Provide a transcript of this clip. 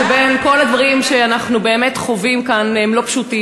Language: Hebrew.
שבין כל הדברים שאנחנו באמת חווים כאן הם לא פשוטים,